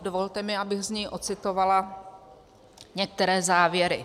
Dovolte mi, abych z něj ocitovala některé závěry.